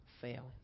fail